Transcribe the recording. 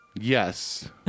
Yes